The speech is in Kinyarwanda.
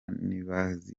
nibaza